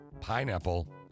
pineapple